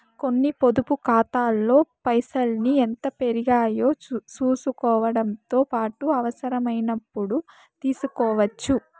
కొన్ని పొదుపు కాతాల్లో పైసల్ని ఎంత పెరిగాయో సూసుకోవడముతో పాటు అవసరమైనపుడు తీస్కోవచ్చు